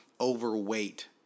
overweight